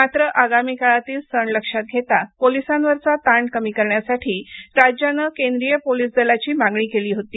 मात्र आगामी काळातील सण लक्षात घेता पोलिसांवरचा ताण कमी करण्यासाठी राज्यानं केंद्रीय पोलिस दलाची मागणी केली केली होती